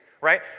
right